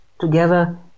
together